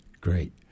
Great